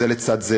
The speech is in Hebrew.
זה לצד זה,